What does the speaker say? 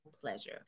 pleasure